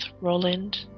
Roland